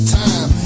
time